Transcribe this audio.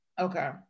Okay